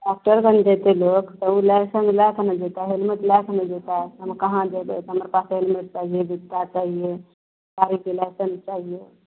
doctor कन जएतै लोक तऽ ओ लाइसेन्स लैके नहि जएतै हेलमेट लैके नहि जएतै हम कहाँ जएबै तऽ हमर पास हेलमेट चाहिए जुत्ता चाहिए गाड़ीके लाइसेन्स चाहिए